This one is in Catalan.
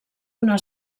una